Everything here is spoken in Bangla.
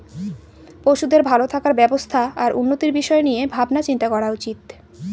পশুদের ভালো থাকার ব্যবস্থা আর উন্নতির বিষয় নিয়ে ভাবনা চিন্তা করা উচিত